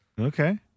Okay